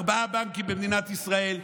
ארבעה בנקים במדינת ישראל,